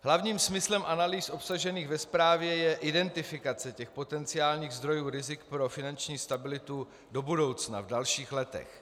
Hlavním smyslem analýz obsažených ve zprávě je identifikace potenciálních zdrojů rizik pro finanční stabilitu do budoucna, v dalších letech.